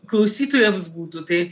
klausytojams būtų tai